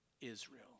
Israel